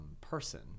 person